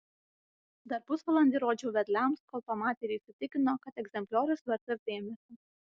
dar pusvalandį rodžiau vedliams kol pamatė ir įsitikino kad egzempliorius vertas dėmesio